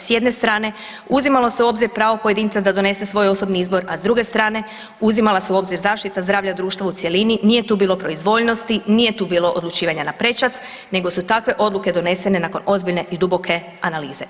S jedne strane uzimalo se u obzir pravo pojedinca da donese svoj osobni izbor, a s druge strane uzimala se u obzir zaštita zdravlja društva u cjelini, nije tu bilo proizvoljnosti, nije tu bilo odlučivanja na prečac, nego su takve odluke donesene nakon ozbiljne i duboke analize.